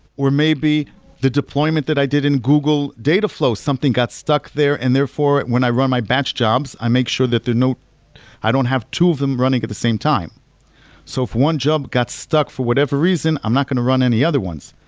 or maybe the deployment that i did in google data flow, something got stuck there and therefore, when i run my batch jobs, i make sure that i don't i don't have two of them running at the same time so if one job got stuck for whatever reason, i'm not going to run any other ones,